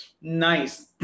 nice